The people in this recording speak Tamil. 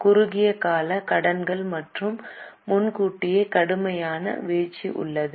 குறுகிய கால கடன்கள் மற்றும் முன்கூட்டியே கடுமையான வீழ்ச்சி உள்ளது